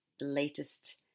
latest